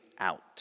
Out